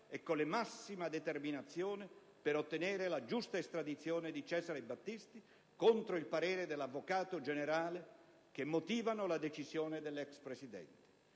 e con la massima determinazione, per ottenere la giusta estradizione di Cesare Battisti contro il parere dell'Avvocato generale che motiva la decisione dell'ex Presidente.